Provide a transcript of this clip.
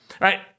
right